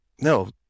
no